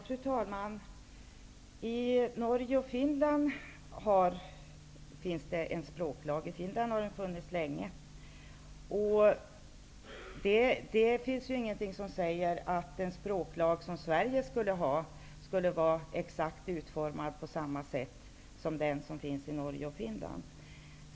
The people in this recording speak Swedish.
Fru talman! I Norge och i Finland finns det språklagar. I Finland har den funnits länge. Det finns ingenting som säger att den språklag som Sverige inför skall vara utformad på exakt samma sätt som de som finns i Norge och Finland.